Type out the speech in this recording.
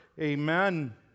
Amen